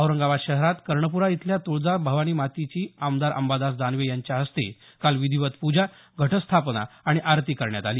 औरंगाबाद शहरात कर्णपुरा इथल्या तुळजा भवानी मातेची आमदार अंबादास दानवे यांच्या हस्ते काल विधीवत पूजा घटस्थापना आणि आरती करण्यात आली